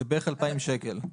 זה בערך 2,000 שקלים.